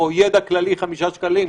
או ידע כללי חמישה שקלים,